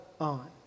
on